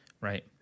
Right